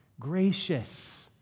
gracious